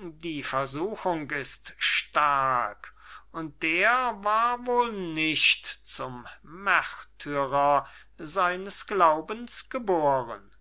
die versuchung ist stark und der war wohl nicht zum märtyrer seines glaubens geboren